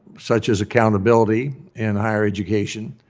such as accountability in higher education.